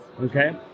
Okay